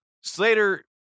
Slater